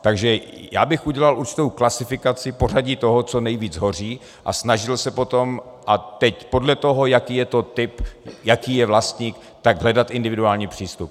Takže bych udělal určitou klasifikaci, pořadí toho, co nejvíc hoří, a snažil se potom, a teď podle toho, jaký je to typ, jaký je vlastník, hledat individuální přístup.